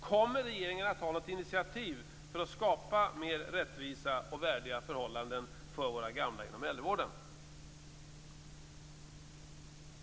Kommer regeringen att ta något initiativ för att skapa mer rättvisa och värdiga förhållanden för våra gamla inom äldrevården?